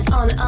on